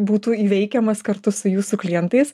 būtų įveikiamas kartu su jūsų klientais